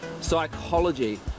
psychology